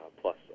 plus